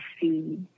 see